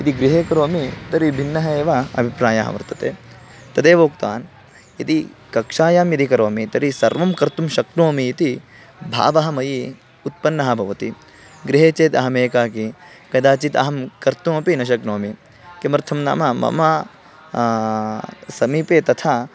यदि गृहे करोमि तर्हि भिन्नः एव अभिप्रायः वर्तते तदेव उक्तवान् यदि कक्षायां यदि करोमि तर्हि सर्वं कर्तुं शक्नोमि इति भावः मयि उत्पन्नः भवति गृहे चेत् अहमेकाकी कदाचित् अहं कर्तुमपि न शक्नोमि किमर्थं नाम मम समीपे तथा